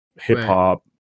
Hip-hop